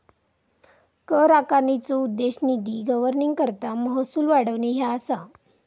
कर आकारणीचो उद्देश निधी गव्हर्निंगकरता महसूल वाढवणे ह्या असा